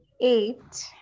eight